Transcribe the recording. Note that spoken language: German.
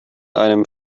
einem